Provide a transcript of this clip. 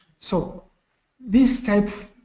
so this type